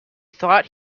thought